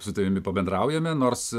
su tavimi pabendraujame nors